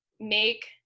make